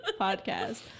podcast